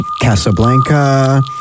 Casablanca